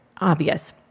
obvious